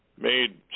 made